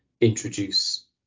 introduce